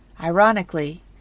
Ironically